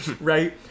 Right